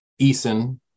Eason